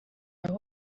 aho